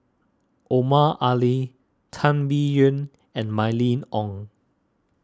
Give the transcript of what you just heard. Omar Ali Tan Biyun and Mylene Ong